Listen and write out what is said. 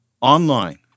online